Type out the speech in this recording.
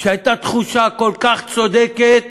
שהייתה תחושה כל כך צודקת